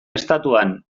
estatuan